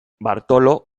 bartolo